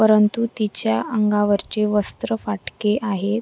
परंतु तिच्या अंगावरचे वस्त्र फाटके आहेत